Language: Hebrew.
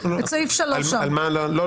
את סעיף 3. לא,